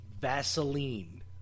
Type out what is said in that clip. Vaseline